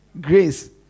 grace